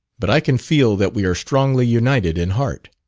but i can feel that we are strongly united in heart.